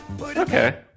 Okay